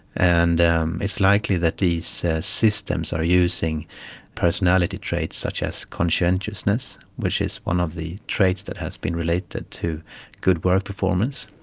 and um it's likely that these systems are using personality traits such as conscientiousness, which is one of the traits that has been related to good work performance.